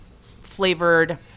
flavored